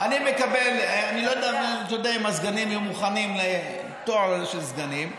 אני לא יודע אם הסגנים יהיו מוכנים לתואר הזה של סגנים.